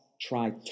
try